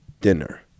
dinner